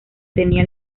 tenía